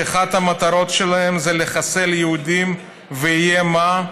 שאחת המטרות שלהם היא לחסל יהודים ויהי מה,